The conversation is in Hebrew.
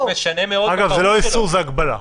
אגב, זה לא איסור, זו הגבלה.